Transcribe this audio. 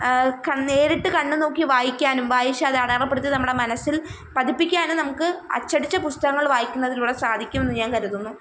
നേരിട്ട് കണ്ടു നോക്കി വായിക്കാനും വായിച്ച് അത് അയാളപ്പെടുത്തി നമ്മുടെ മനസ്സില് പതിപ്പിക്കാനും നമുക്ക് അച്ചടിച്ച പുസ്തകങ്ങള് വായിക്കുന്നതിലൂടെ സാധിക്കുമെന്ന് ഞാന് കരുതുന്നു